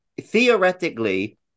theoretically